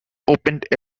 opened